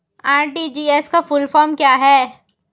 RTGS का full form क्या है?